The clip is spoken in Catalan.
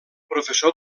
professor